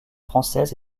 française